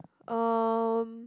um